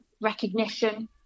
recognition